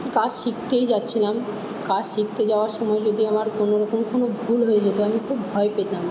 কাজ শিখতেই যাচ্ছিলাম কাজ শিখতে যাওয়ার সময় যদি আমার কোনও রকম কোনও ভুল হয়ে যেত আমি খুব ভয় পেতাম